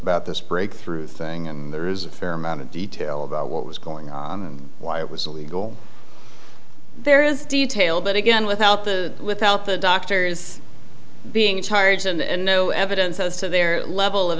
about this breakthrough thing and there is a fair amount of detail about what was going on why it was illegal there is detail but again without the without the doctors being in charge and no evidence as to their level of